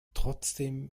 trotzdem